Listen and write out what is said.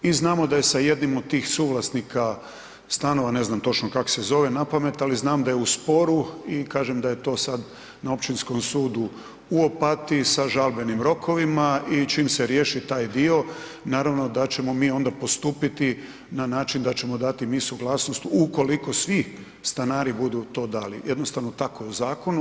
I znamo da je s jednim od tih suvlasnika stanova, ne znam točno kako se zove napamet, ali znam da je u sporu i kažem da je to sada na Općinskom sudu u Opatiji sa žalbenim rokovima i čim se riješi taj dio naravno da ćemo mi onda postupiti na način da ćemo i mi dati suglasnost suglasnost ukoliko svi stanari budu to dali, jednostavno tako je u zakonu.